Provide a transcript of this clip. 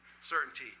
certainty